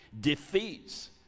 defeats